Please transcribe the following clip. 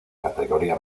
categoría